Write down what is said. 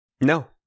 No